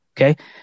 Okay